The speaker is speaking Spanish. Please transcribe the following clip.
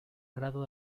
grado